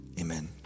amen